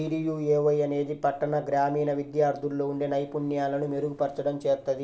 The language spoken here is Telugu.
డీడీయూఏవై అనేది పట్టణ, గ్రామీణ విద్యార్థుల్లో ఉండే నైపుణ్యాలను మెరుగుపర్చడం చేత్తది